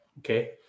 okay